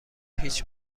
هیچ